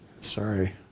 Sorry